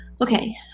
Okay